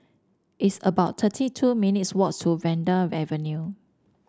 it's about thirty two minutes' walk to Vanda Avenue